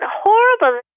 horrible